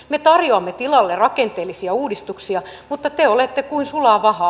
me tarjoamme tilalle rakenteellisia uudistuksia mutta te olette kuin sulaa vahaa